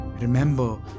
Remember